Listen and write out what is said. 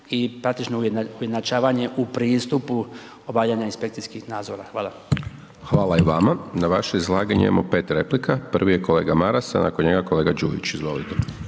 i pretežno ujednačavanje u pristupu obavljanja inspekcijskih nadzora, hvala. **Hajdaš Dončić, Siniša (SDP)** Hvala i vama. Na vaše izlaganje imamo 5 replika, prvi je kolega Maras a nakon njega kolega Đujić, izvolite.